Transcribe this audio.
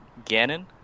ganon